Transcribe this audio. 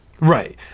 Right